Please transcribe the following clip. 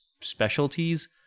specialties